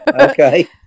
Okay